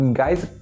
guys